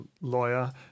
lawyer